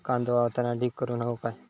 कांदो वाळवताना ढीग करून हवो काय?